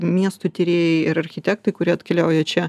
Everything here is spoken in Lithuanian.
miestų tyrėjai ir architektai kurie atkeliauja čia